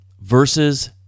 versus